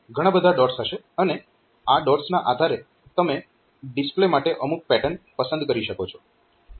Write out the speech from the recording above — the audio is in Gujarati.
ઘણા બધા ડોટ્સ હશે અને આ ડોટ્સના આધારે તમે ડિસ્પ્લે માટે અમુક પેટર્ન પસંદ કરી શકો છો